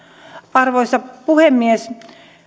arvoisa puhemies